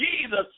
Jesus